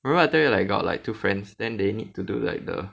remember I told you like got like two friends then they need to do like the